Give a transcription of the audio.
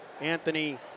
Anthony